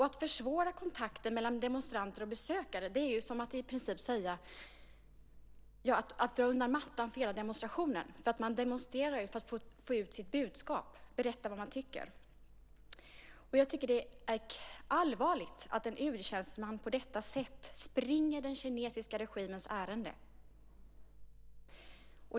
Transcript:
Att försvåra kontakten mellan demonstranter och besökare är i princip som att dra undan mattan för hela demonstrationen. Man demonstrerar ju för att få ut sitt budskap och berätta vad man tycker. Jag tycker att det är allvarligt att en UD-tjänsteman på detta sätt springer den kinesiska regimens ärenden.